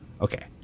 okay